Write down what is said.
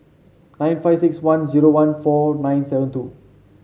nine five six one zero one four nine seven two